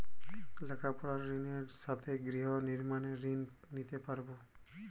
লেখাপড়ার ঋণের সাথে গৃহ নির্মাণের ঋণ নিতে পারব?